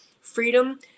freedom